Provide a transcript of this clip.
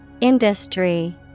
Industry